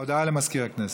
לסגן מזכירת הכנסת.